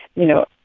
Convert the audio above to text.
you know,